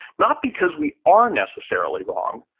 not because we are necessarily wrong,